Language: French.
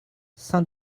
saint